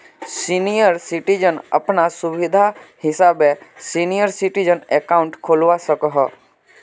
senior citizen अपना सुविधा हिसाबे सीनियर सिटीजन अकाउंट खोलवा सकोह